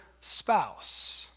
spouse